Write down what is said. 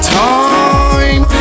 time